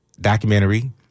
documentary